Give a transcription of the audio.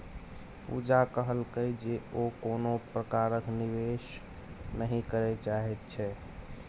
पूजा कहलकै जे ओ कोनो प्रकारक निवेश नहि करय चाहैत छै